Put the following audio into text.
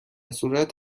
صورت